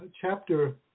Chapter